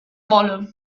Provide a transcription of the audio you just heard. wolle